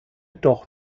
doch